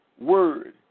word